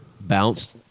bounced